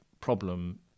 problem